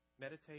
Meditate